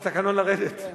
התקנון, לרדת.